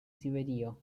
siberio